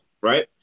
right